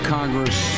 Congress